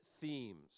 themes